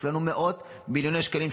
יש לנו מאות מיליוני שקלים,